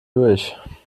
durch